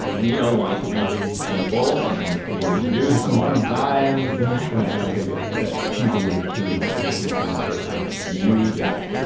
and you know he wanted it to be simple, something that could be reproduced on and a lot of signs and i take it that he's the one who came up with the peace on as we know it you got it yeah.